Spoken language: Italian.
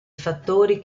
fattori